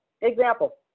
Example